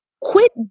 quit